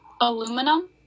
aluminum